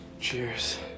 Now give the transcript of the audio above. Cheers